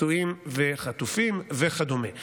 פצועים וחטופים וכדומה.